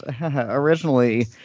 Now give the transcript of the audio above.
originally